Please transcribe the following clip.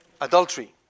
adultery